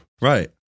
right